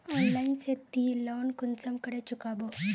Online से ती loan कुंसम करे चुकाबो?